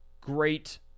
great